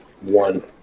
one